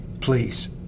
please